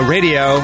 Radio